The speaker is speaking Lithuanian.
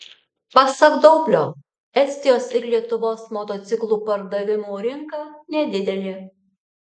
pasak daublio estijos ir lietuvos motociklų pardavimų rinka nedidelė